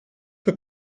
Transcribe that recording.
for